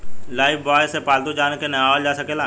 Lifebuoy से पाल्तू जानवर के नेहावल जा सकेला